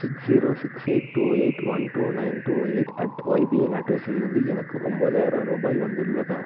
six zero six eight two eight one two nine two eight at YBL அட்ரஸிலிருந்து எனக்கு ஒன்பதாயிரம் ரூபாய் வந்துள்ளதா